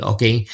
Okay